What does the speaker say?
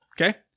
okay